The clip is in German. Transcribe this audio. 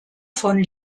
von